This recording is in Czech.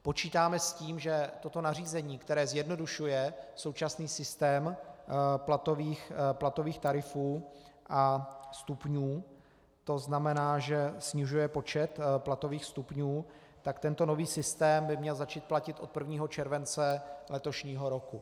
Počítáme s tím, že toto nařízení, které zjednodušuje současný systém platových tarifů a stupňů, to znamená, že snižuje počet platových stupňů, tento nový systém by měl začít platit od 1. července letošního roku.